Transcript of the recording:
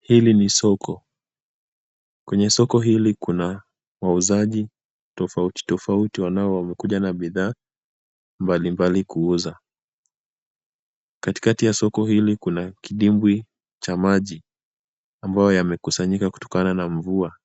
Hili ni soko. Kwenye soko hili kuna wauzaji tofauti tofauti ambao wamekuja na bidhaa mbalimbali kuuza. Katikati ya soko hili kuna kidimbwi cha maji, ambayo yamekusanyika kutokana na mvua.